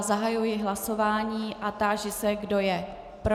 Zahajuji hlasování a táži se, kdo je pro.